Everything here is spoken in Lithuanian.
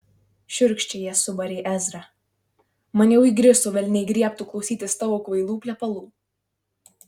šiurkščiai ją subarė ezra man jau įgriso velniai griebtų klausytis tavo kvailų plepalų